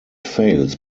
fails